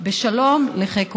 בשלום לחיק הוריו.